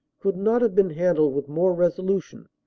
could not have been handled with more resolution,